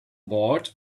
board